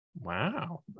wow